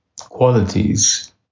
qualities